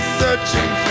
searching